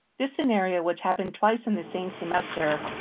this scenario, which happened twice in the same semester,